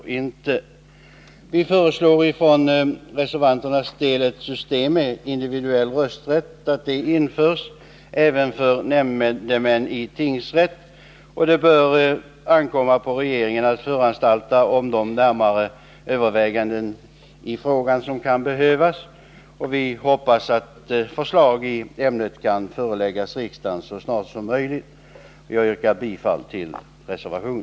Vi föreslår från reservanternas sida att ett system med individuell rösträtt införs även för nämndemän i tingsrätt och anser att det bör ankomma på regeringen att föranstalta om de närmare överväganden i frågan som kan behövas. Vi hoppas att förslag i ämnet kan föreläggas riksdagen med det snaraste.